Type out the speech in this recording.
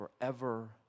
forever